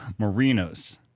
Marinos